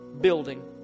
building